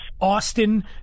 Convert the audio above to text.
Austin